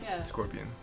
scorpion